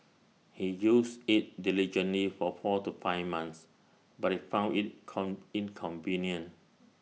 he used IT diligently for four to five months but IT found IT con inconvenient